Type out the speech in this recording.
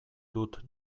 dut